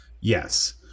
Yes